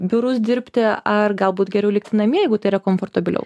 biurus dirbti ar galbūt geriau likti namie jeigu tai yra komfortabiliau